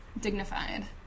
dignified